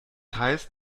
heißt